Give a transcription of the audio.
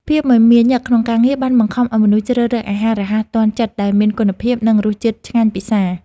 ភាពមមាញឹកក្នុងការងារបានបង្ខំឱ្យមនុស្សជ្រើសរើសអាហាររហ័សទាន់ចិត្តដែលមានគុណភាព និងរសជាតិឆ្ងាញ់ពិសារ។